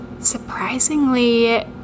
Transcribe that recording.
Surprisingly